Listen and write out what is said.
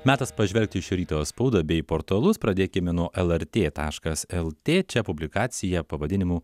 metas pažvelgti į šio ryto spaudą bei portalus pradėkime nuo lrt taškas lt čia publikacija pavadinimu